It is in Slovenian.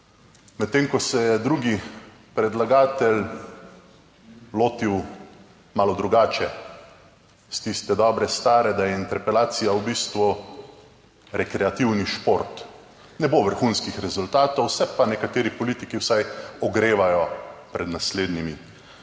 Medtem ko se je drugi predlagatelj lotil malo drugače, iz tiste dobre stare, da je interpelacija v bistvu rekreativni šport. Ne bo vrhunskih rezultatov, se pa nekateri politiki vsaj ogrevajo pred naslednjimi